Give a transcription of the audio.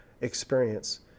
experience